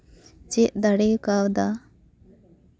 ᱪᱮᱫ ᱫᱟᱲᱮ ᱠᱟᱣᱫᱟ